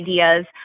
ideas